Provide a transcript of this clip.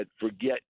forget